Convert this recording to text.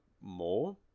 more